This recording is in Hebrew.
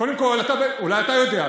קודם כול, אולי אתה יודע.